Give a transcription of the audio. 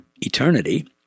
eternity